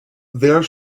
there